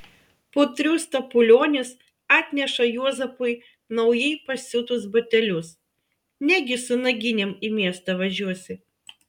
putrių stapulionis atneša juozapui naujai pasiūtus batelius negi su naginėm į miestą važiuosi